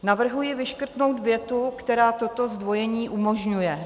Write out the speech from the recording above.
Navrhuji vyškrtnout větu, která toto zdvojení umožňuje.